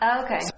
okay